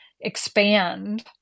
expand